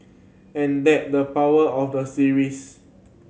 and that the power of the series